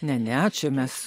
ne ne čia mes